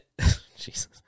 Jesus